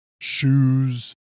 shoes